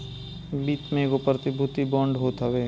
वित्त में एगो प्रतिभूति बांड होत हवे